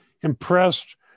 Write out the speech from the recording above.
impressed